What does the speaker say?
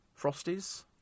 frosties